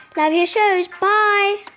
love your shows. bye